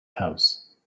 house